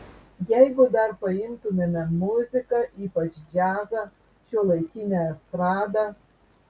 jeigu dar paimtumėme muziką ypač džiazą šiuolaikinę estradą